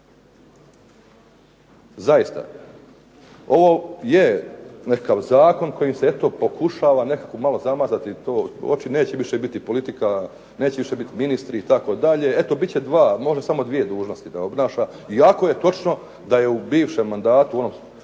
Zaista ovo je nekakav zakon kojim se nekako pokušava nekako malo zamazati oči. Neće više biti politika, neće više biti ministri itd. može samo dvije dužnosti da obnaša. Iako je točno da je u bivšem mandatu, sazivu,